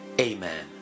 Amen